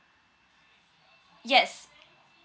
yes